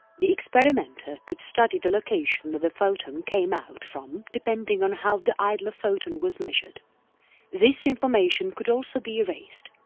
the experimenter could study the location that the photon came out from depending on how the idler photon was measured this information could also be erased.